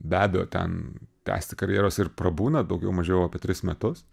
be abejo ten tęsti karjeros ir prabūna daugiau mažiau apie tris metus